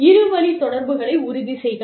இரு வழி தொடர்புகளை உறுதிசெய்க